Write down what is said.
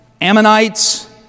Ammonites